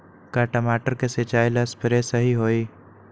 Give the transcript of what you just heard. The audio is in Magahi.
का टमाटर के सिचाई ला सप्रे सही होई?